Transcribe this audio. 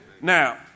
Now